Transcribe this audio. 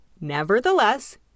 Nevertheless